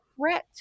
threat